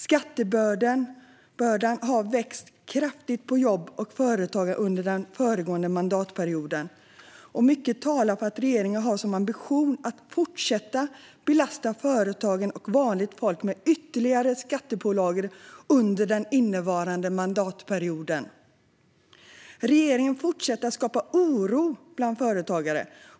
Skattebördan på jobb och företagande växte kraftigt under den föregående mandatperioden, och mycket talar för att regeringen har som ambition att fortsätta belasta företagen och vanligt folk med ytterligare skattepålagor under den innevarande mandatperioden. Regeringen fortsätter att skapa stor oro bland företagare.